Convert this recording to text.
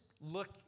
look